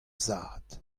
zad